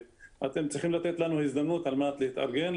אתם צריכים לתת לנו הזדמנות על מנת להתארגן,